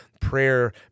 prayer